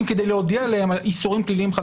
כדי להודיע להם על איסורים פליליים חדשים.